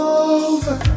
over